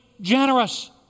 generous